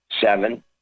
seven